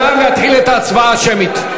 נא להתחיל את ההצבעה השמית.